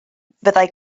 fyddai